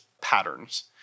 patterns